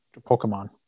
Pokemon